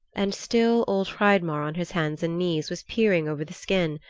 and still old hreidmar on his hands and knees was peering over the skin,